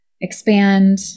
expand